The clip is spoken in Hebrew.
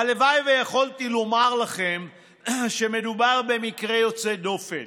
הלוואי שיכולתי לומר לכם שמדובר במקרה יוצא דופן.